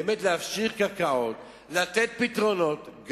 ובאמת להפשיר קרקעות ולתת פתרונות,